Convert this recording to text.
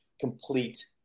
complete